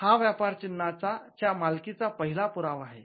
हा व्यापार चिन्हाच्या मालकीचा पहिला पुरावा आहे